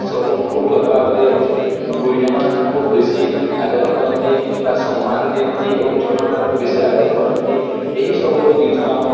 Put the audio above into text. ସବୁଙ୍କୁ ଭଲ ଭାବରେ ଗୁରୁଜନମାନଙ୍କୁ ବେଶୀ ଆଦର କରନ୍ତି ବା ସମ୍ମାନ ଦିଅନ୍ତି ଏବଂ ଛୋଟ ମାନଙ୍କୁ ବେଶି ଆଦର କରନ୍ତି ଏହିସବୁ ଜିନିଷ ଆମ